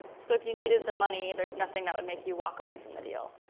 so if you needed the money, there's nothing that would make you walk away from the deal?